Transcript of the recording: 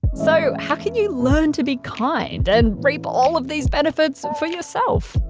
so how can you learn to be kind and reap all of these benefits for yourself?